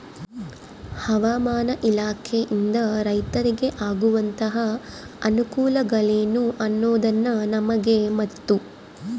ಹವಾಮಾನ ಇಲಾಖೆಯಿಂದ ರೈತರಿಗೆ ಆಗುವಂತಹ ಅನುಕೂಲಗಳೇನು ಅನ್ನೋದನ್ನ ನಮಗೆ ಮತ್ತು?